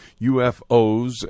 UFOs